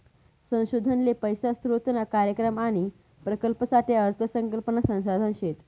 संशोधन ले पैसा स्रोतना कार्यक्रम आणि प्रकल्पसाठे अर्थ संकल्पना संसाधन शेत